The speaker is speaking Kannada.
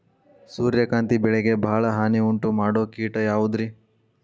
ಸೂರ್ಯಕಾಂತಿ ಬೆಳೆಗೆ ಭಾಳ ಹಾನಿ ಉಂಟು ಮಾಡೋ ಕೇಟ ಯಾವುದ್ರೇ?